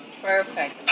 Perfect